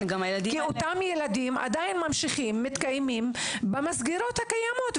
כי אותם עדיין ממשיכים במסגרות הקיימות,